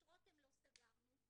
את 'רותם' לא סגרנו,